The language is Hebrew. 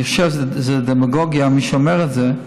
אני חושב שזו דמגוגיה, מי שאומר את זה,